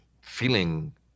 feeling